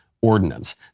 ordinance